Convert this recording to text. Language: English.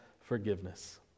forgiveness